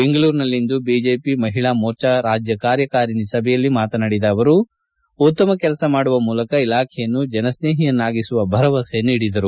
ಬೆಂಗಳೂರಿನಲ್ಲಿಂದು ಬಿಜೆಪಿ ಮಹಿಳಾ ಮೋರ್ಚಾ ರಾಜ್ಯ ಕಾರ್ಯಕಾರಿಣಿ ಸಭೆಯಲ್ಲಿ ಮಾತನಾಡಿದ ಸಚಿವರು ಉತ್ತಮ ಕೆಲಸ ಮಾಡುವ ಮೂಲಕ ಇಲಾಖೆಯನ್ನು ಜನಸ್ನೇಹಿಯನ್ನಾಗಿಸುವ ಭರವಸೆ ನೀಡಿದರು